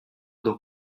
dans